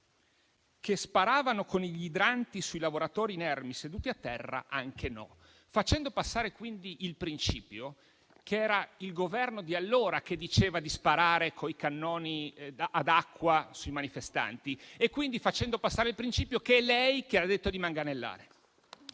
che sparavano con gli idranti sui lavoratori inermi, seduti a terra (...), anche no», facendo passare quindi il principio che era il Governo di allora che diceva di sparare coi cannoni ad acqua sui manifestanti e quindi facendo passare il principio che è stato lei che ha detto di manganellare.